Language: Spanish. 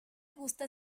gusta